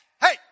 hey